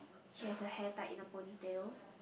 she has a hair tied in a ponytail